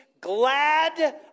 glad